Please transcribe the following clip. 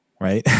right